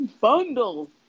bundle